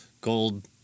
Gold